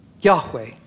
Yahweh